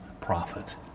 prophet